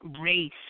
race